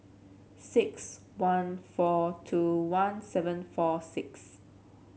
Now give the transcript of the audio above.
six one four two one seven four six